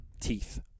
teeth